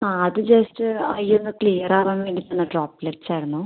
ആ അത് just eye ഒന്ന് ക്ലിയർ ആവാൻ വേണ്ടി തന്ന ഡ്രോപ്ലെറ്റ്സ് ആയിരുന്നു